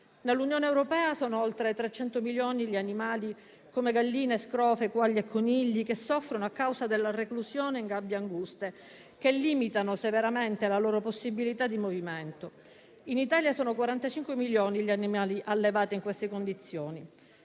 Nell'Unione europea sono oltre 300 milioni gli animali (galline, scrofe, quaglie e conigli) che soffrono a causa della reclusione in gabbie anguste, che limitano severamente la loro possibilità di movimento. In Italia sono 45 milioni gli animali allevati in queste condizioni.